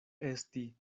esti